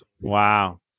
Wow